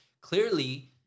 clearly